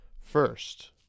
First